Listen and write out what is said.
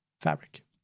fabric